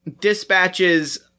dispatches